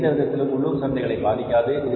இது எந்த விதத்திலும் உள்ளூர் சந்தைகளை பாதிக்காது